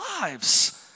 lives